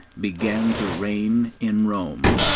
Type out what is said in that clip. began to reign in rome.